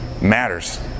Matters